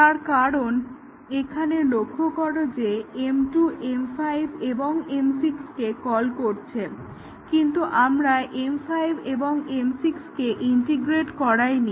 তার কারণ এখানে লক্ষ্য করো যে M2 M5 এবং M6 কে কল করছে কিন্তু আমরা M5 এবং M6 কে ইন্টিগ্রেট করাইনি